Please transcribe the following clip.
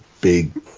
big